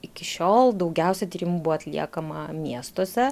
iki šiol daugiausiai tyrimų buvo atliekama miestuose